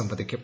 സംവദിക്കും